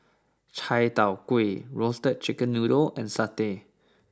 Chai Tow Kway Roasted Chicken Noodle and Satay